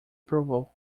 approval